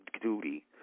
duty